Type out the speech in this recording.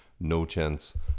no-chance